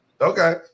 Okay